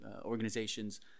organizations